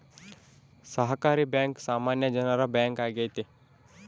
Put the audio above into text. ಸಹಕಾರಿ ಬ್ಯಾಂಕ್ ಸಾಮಾನ್ಯ ಜನರ ಬ್ಯಾಂಕ್ ಆಗೈತೆ